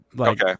Okay